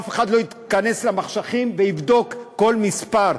אף אחד לא ייכנס למחשכים ויבדוק כל מספר.